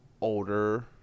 older